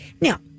Now